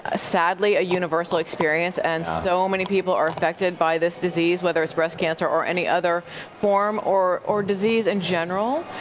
ah sadly, a universal experience and so many people are affected by this disease, whether it's breast cancer or any other form or or disease in general,